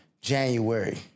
January